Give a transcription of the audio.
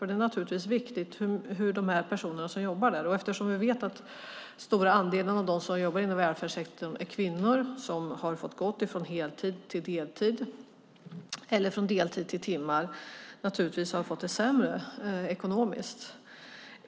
Det är viktigt hur de här personerna jobbar eftersom vi vet att den största andelen av dem som jobbar i välfärdssektorn är kvinnor som har fått gå från heltid till deltid eller från deltid till timmar, och de har fått det sämre ekonomiskt.